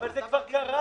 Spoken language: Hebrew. אבל זה כבר קרה.